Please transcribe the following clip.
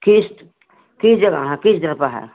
किश्त किस जगह किस जगह पर है